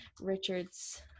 Richards